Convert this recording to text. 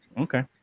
Okay